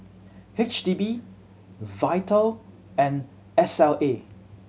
H D B Vital and S L A